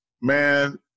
Man